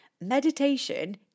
Meditation